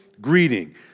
greeting